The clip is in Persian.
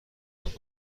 خواهی